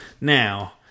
Now